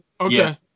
Okay